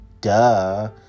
Duh